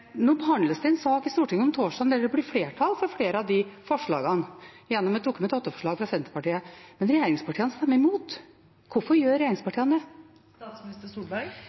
der det blir flertall for flere av forslagene, gjennom et Dokument 8-forslag fra Senterpartiet. Men regjeringspartiene stemmer imot. Hvorfor gjør regjeringspartiene